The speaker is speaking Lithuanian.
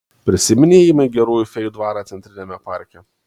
prisimeni įėjimą į gerųjų fėjų dvarą centriniame parke